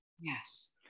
Yes